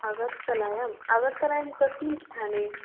अगर्तलायाम् अगर्तलायां कस्मिन् स्थाने